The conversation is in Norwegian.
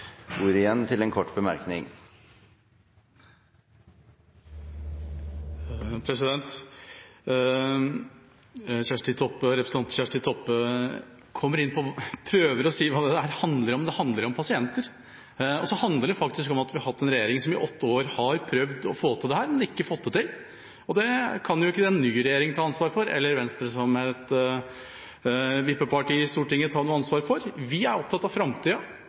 til en kort merknad, begrenset til 1 minutt. Representanten Kjersti Toppe prøver å si hva dette handler om. Det handler om pasienter. Og så handler det faktisk om at vi har hatt en regjering som i åtte år har prøvd å få til dette, men ikke fått det til. Det kan ikke en ny regjering eller Venstre som et vippeparti i Stortinget, ta noe ansvar for. Vi er opptatt av framtida,